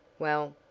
well,